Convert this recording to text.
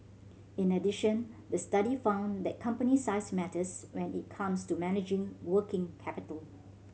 in addition the study found that company size matters when it comes to managing working capital